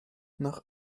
nach